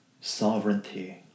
sovereignty